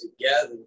together